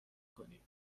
کنی